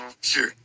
sure